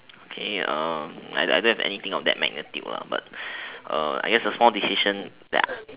okay I don't don't have anything of that magnitude lah but I guess a small decision that I